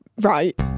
Right